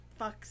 fucks